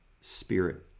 spirit